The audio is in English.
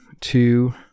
two